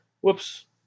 Whoops